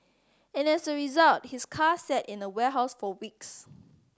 and as a result his car sat in a warehouse for weeks